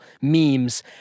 memes